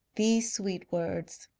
these sweet words